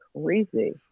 crazy